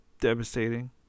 devastating